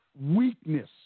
weakness